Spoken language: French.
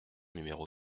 numéro